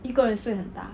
一个人睡很大